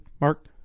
mark